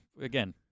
again